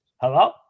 Hello